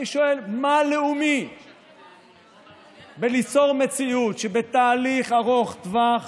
אני שואל: מה לאומי בליצור מציאות שבתהליך ארוך טווח